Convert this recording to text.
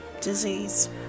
disease